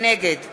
נגד